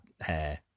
hair